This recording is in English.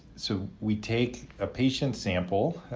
so we take a patient sample,